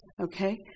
okay